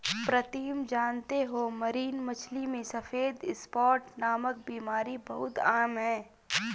प्रीतम जानते हो मरीन मछली में सफेद स्पॉट नामक बीमारी बहुत आम है